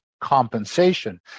compensation